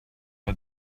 but